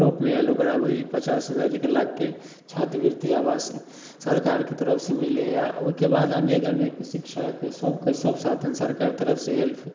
टॉपमे आएल ओकरा ओहि पचास हजार एक लाखके छात्रवृति आवास सरकारके तरफसे मिलैए ओहिके बाद अनेक अनेक शिक्षाके सबके सब साधन सरकार तरफसे हेल्प